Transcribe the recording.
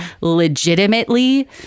legitimately